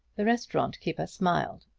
the restaurant keeper smiled.